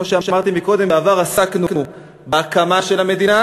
כמו שאמרתי קודם, בעבר עסקנו בהקמה של המדינה,